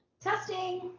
Testing